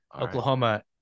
Oklahoma